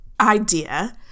idea